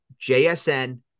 JSN